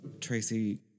Tracy